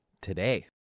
today